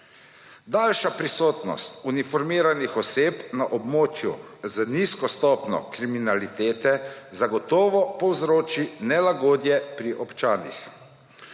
Daljša prisotnost uniformiranih oseb na območju z nizko stopnjo kriminalitete zagotovo povzroči nelagodje pri občanih.